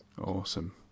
Awesome